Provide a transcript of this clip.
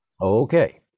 Okay